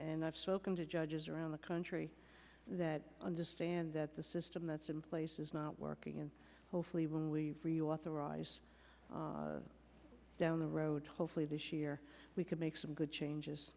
and i've spoken to judges around the country that understand that the system that's in place is not working and hopefully when we reauthorize down the road hopefully this year we can make some good changes